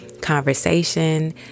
conversation